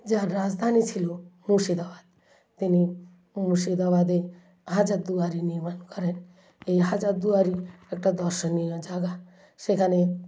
যার রাজধানী ছিল মুর্শিদাবাদ তিনি মুর্শিদাবাদে হাজারদুয়ারি নির্মাণ করেন এই হাজারদুয়ারি একটা দর্শনীয় জায়গা সেখানে